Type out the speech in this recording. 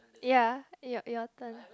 ya your your turn